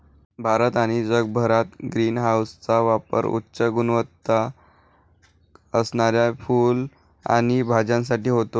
भारत आणि जगभरात ग्रीन हाऊसचा पापर उच्च गुणवत्ता असणाऱ्या फुलं आणि भाज्यांसाठी होतो